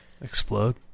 Explode